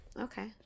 Okay